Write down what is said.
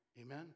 Amen